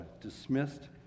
dismissed